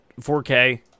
4k